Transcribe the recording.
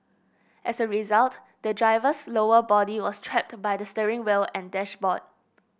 as a result the driver's lower body was trapped by the steering wheel and dashboard